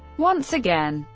once again,